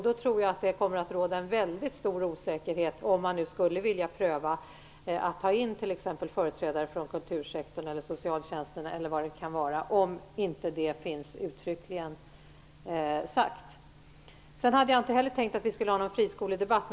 Då tror jag att det kommer att råda en väldigt stor osäkerhet om man skulle vilja pröva att ta in t.ex. företrädare från kultursektorn, socialtjänsten, osv. om det inte uttryckligen är sagt. Jag hade inte heller tänkt att vi skulle ha någon friskoledebatt.